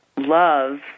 love